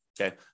okay